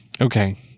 Okay